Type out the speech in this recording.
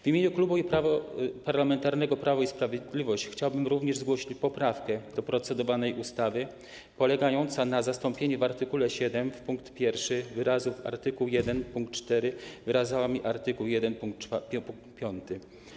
W imieniu Klubu Parlamentarnego Prawo i Sprawiedliwość chciałbym również zgłosić poprawkę do procedowanej ustawy polegającą na zastąpieniu w art. 7 w pkt 1 wyrazów „art. 1 pkt 4” wyrazami „art. 1 pkt 5”